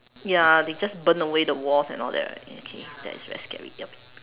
ya they just burn away the walls and all that right okay that's very scary yup